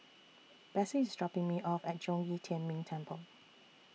Bessie IS dropping Me off At Zhong Yi Tian Ming Temple